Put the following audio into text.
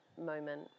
moment